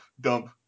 dump